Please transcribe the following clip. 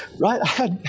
right